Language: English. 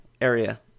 area